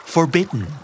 Forbidden